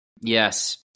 Yes